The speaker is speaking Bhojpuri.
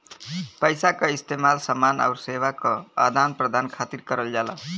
पइसा क इस्तेमाल समान आउर सेवा क आदान प्रदान खातिर करल जाला